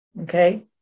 Okay